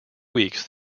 weeks